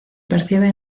percibe